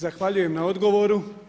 Zahvaljujem na odgovoru.